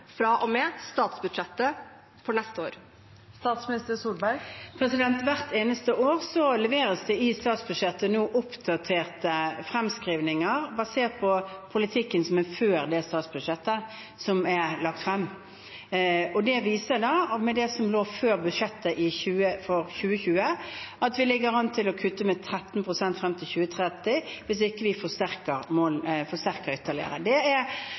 statsbudsjettet for neste år? Hvert eneste år leveres det i statsbudsjettet oppdaterte fremskrivninger basert på politikken som er før det statsbudsjettet som er lagt frem. Og det viser da – med det som lå før budsjettet for 2020 – at vi ligger an til å kutte med 13 pst. frem til 2030, hvis vi ikke forsterker ytterligere.